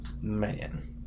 Man